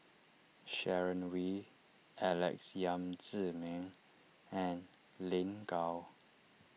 Sharon Wee Alex Yam Ziming and Lin Gao